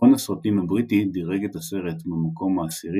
מכון הסרטים הבריטי דירג את הסרט במקום העשירי